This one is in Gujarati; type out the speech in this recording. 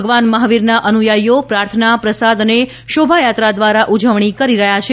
ભગવાન મહાવીરના અનુયાયીઓ પ્રાર્થના પ્રસાદ અને શોભાયાત્રા દ્વારા ઉજવણી કરી રહ્યા છે